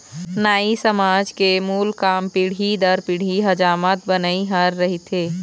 नाई समाज के मूल काम पीढ़ी दर पीढ़ी हजामत बनई ह रहिथे